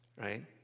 right